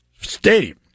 Stadium